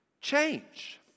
Change